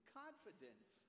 confidence